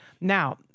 Now